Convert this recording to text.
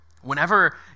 Whenever